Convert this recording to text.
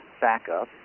backup